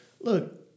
Look